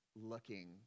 looking